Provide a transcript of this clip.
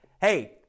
Hey